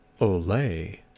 Olay